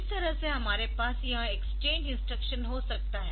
इस तरह से हमारे पास यह XCHG इंस्ट्रक्शन हो सकता है